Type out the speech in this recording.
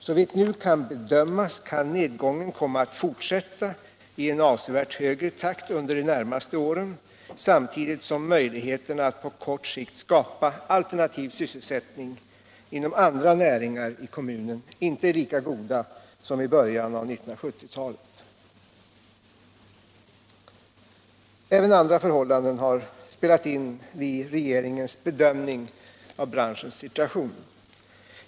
Såvitt nu kan bedömas kan nedgången komma att fortsätta i avsevärt högre takt under de närmaste åren, samtidigt som möjligheterna att på kort sikt skapa alternativ sysselsättning inom andra näringar i kommunen inte är lika goda som i början av 1970-talet. Även andra förhållanden har spelat in vid regeringens bedömning av branschens situation.